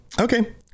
Okay